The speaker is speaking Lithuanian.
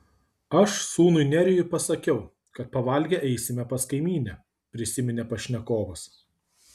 aš sūnui nerijui pasakiau kad pavalgę eisime pas kaimynę prisiminė pašnekovas